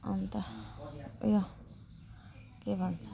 अन्त यो के भन्छ हुटिट्याउँ